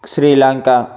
Sri Lanka